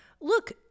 Look